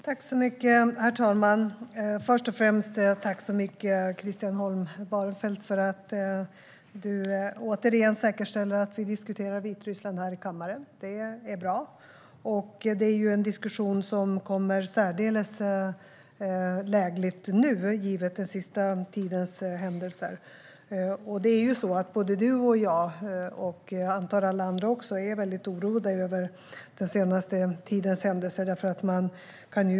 Herr talman! Först och främst: Tack så mycket, Christian Holm Barenfeld, för att du återigen säkerställer att vi diskuterar Vitryssland här i kammaren! Det är bra. Det är en diskussion som kommer särdeles lägligt nu, givet den senaste tidens händelser. Både du och jag - och alla andra också, antar jag - är väldigt oroade över den senaste tidens händelser.